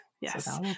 Yes